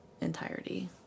entirety